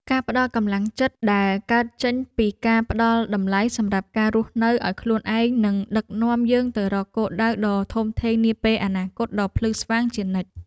ការផ្ដល់កម្លាំងចិត្តដែលកើតចេញពីការផ្ដល់តម្លៃសម្រាប់ការរស់នៅឱ្យខ្លួនឯងនឹងដឹកនាំយើងទៅរកគោលដៅដ៏ធំធេងនាពេលអនាគតដ៏ភ្លឺស្វាងជានិច្ច។